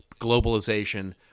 globalization